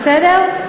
בסדר?